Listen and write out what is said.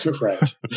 Right